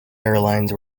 airlines